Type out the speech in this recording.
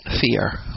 fear